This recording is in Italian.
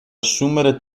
assumere